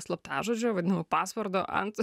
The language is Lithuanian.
slaptažodžio vadinamo pasvardo ant